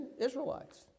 Israelites